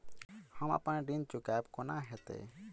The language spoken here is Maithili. हम अप्पन ऋण चुकाइब कोना हैतय?